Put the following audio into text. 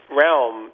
realm